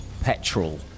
Petrol